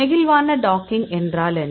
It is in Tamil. நெகிழ்வான டாக்கிங் என்றால் என்ன